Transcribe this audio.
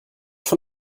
von